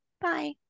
Bye